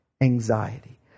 anxiety